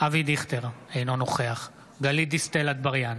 אבי דיכטר, אינו נוכח גלית דיסטל אטבריאן,